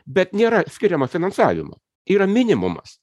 bet nėra skiriama finansavimo yra minimumas